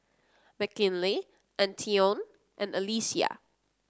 Mckinley Antione and Alesia